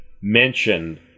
mentioned